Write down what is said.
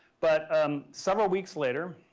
but um several weeks later